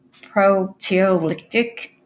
proteolytic